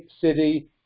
city